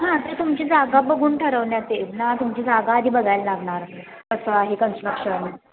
हां ते तुमची जागा बघून ठरवण्यात येईल ना तुमची जागा आधी बघायला लागणार कसं आहे कन्स्ट्रक्शन